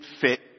fit